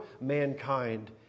mankind